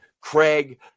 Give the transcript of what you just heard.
Craig